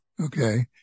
Okay